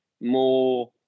more